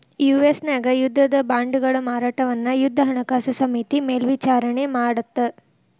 US ನ್ಯಾಗ ಯುದ್ಧದ ಬಾಂಡ್ಗಳ ಮಾರಾಟವನ್ನ ಯುದ್ಧ ಹಣಕಾಸು ಸಮಿತಿ ಮೇಲ್ವಿಚಾರಣಿ ಮಾಡತ್ತ